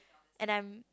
and I'm